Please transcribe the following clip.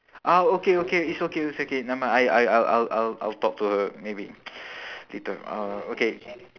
uh okay okay it's okay it's okay nevermind I I I'll I'll I'll I'll talk to her maybe later uh okay